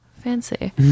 fancy